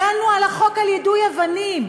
הגנו על החוק על יידוי אבנים.